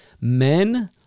men